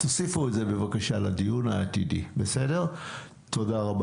תוסיפו את זה בבקשה לדיון העתידי, תודה רבה.